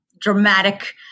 dramatic